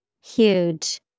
huge